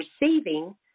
receiving